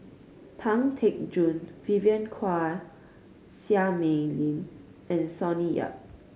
Pang Teck Joon Vivien Quahe Seah Mei Lin and Sonny Yap